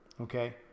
okay